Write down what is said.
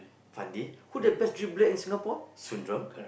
Fandi who's the best dribbler in Singapore Sundram